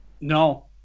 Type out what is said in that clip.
No